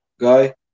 guy